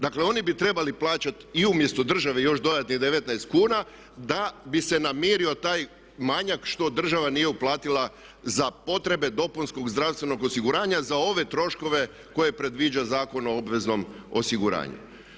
Dakle oni bi trebali plaćati i umjesto države još dodatnih 19 kuna da bi se namirio taj manjak što država nije uplatila za potrebe dopunskog zdravstvenog osiguranja za ove troškove koje predviđa Zakon o obveznom osiguranja.